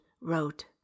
wrote